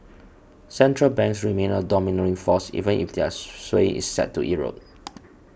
central banks remain a domineering force even if their sway is set to erode